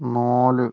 നാല്